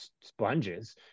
sponges